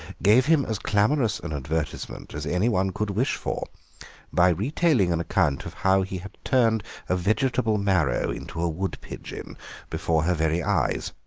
gave him as clamorous an advertisement as anyone could wish for by retailing an account of how he had turned a vegetable marrow into a wood pigeon before her very eyes.